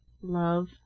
love